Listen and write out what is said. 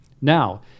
Now